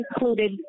included